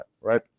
right